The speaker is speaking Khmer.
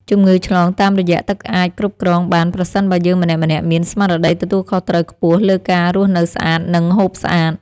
ជំងឺឆ្លងតាមរយៈទឹកអាចគ្រប់គ្រងបានប្រសិនបើយើងម្នាក់ៗមានស្មារតីទទួលខុសត្រូវខ្ពស់លើការរស់នៅស្អាត និងហូបស្អាត។